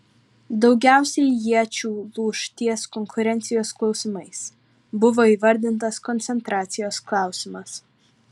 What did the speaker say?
daugiausiai iečių lūš ties konkurencijos klausimais buvo įvardintas koncentracijos klausimas